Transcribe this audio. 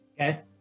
Okay